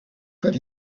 could